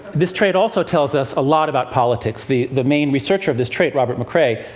this trait also tells us a lot about politics. the the main researcher of this trait, robert mccrae,